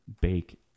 bake